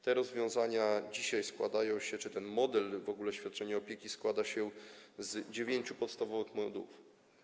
Te rozwiązania dzisiaj składają się, ten model świadczenia opieki składa się z 9 podstawowych modułów.